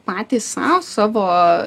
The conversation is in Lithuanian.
patys sau savo